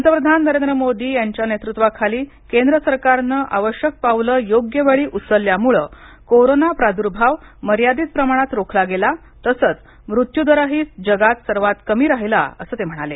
पंतप्रधान नरेंद्र मोदी यांच्या नेतृत्वाखाली केंद्र सरकारनं आवश्यक पावलं योग्य वेळी उचलल्यामुळे कोरोना प्राद्र्भाव मर्यादित प्रमाणात रोखला गेला तसंच मृत्यूदरही जगात सर्वात कमी राहिला असं ते म्हणाले